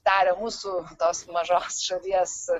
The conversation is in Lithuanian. tarė mūsų tos mažos šalies